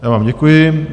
Já vám děkuji.